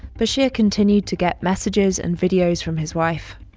bashir continued to get messages and videos from his wife.